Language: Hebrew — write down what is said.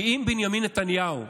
כי אם בנימין נתניהו,